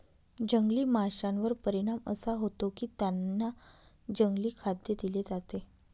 जंगली माशांवर परिणाम असा होतो की त्यांना जंगली खाद्य दिले जाते